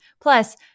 Plus